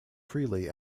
freely